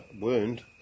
wound